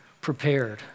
prepared